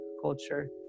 culture